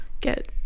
get